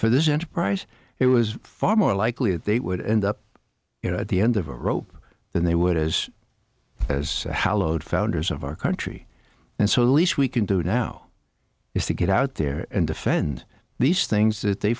for this enterprise it was far more likely that they would end up you know at the end of a rope than they would as as how load founders of our country and so least we can do now is to get out there and defend these things that they